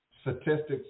statistics